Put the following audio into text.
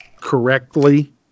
correctly